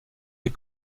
des